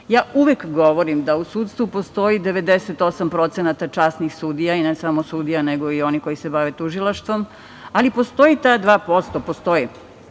posao. Uvek govorim da u sudstvu postoji 98% časnih sudija, i ne samo sudija nego i onih koji se bave tužilaštvom, ali postoje 2% koji